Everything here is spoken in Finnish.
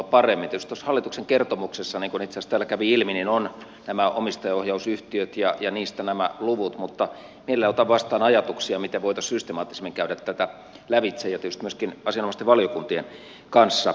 tietysti tuossa hallituksen kertomuksessa niin kuin itse asiassa täällä kävi ilmi ovat omistajaohjausyhtiöt ja niistä nämä luvut mutta mielellään otan vastaan ajatuksia miten voitaisiin systemaattisemmin käydä tätä lävitse ja tietysti myöskin asianomaisten valiokuntien kanssa